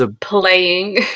playing